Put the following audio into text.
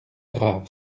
grave